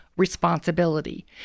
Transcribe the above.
responsibility